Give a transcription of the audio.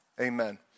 Amen